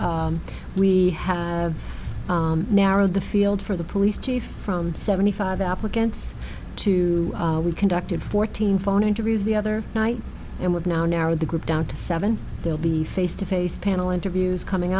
busy we have narrowed the field for the police chief from seventy five applicants to we conducted fourteen phone interviews the other night and we've now narrowed the group down to seven they'll be face to face panel interviews coming